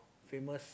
famous